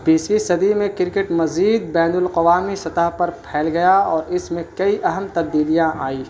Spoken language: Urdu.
بیسویں صدی میں کرکٹ مزید بین الاقوامی سطح پر پھیل گیا اور اس میں کئی اہم تبدیلیاں آئیں